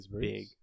big